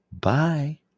Bye